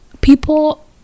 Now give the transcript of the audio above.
People